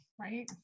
Right